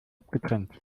abgetrennt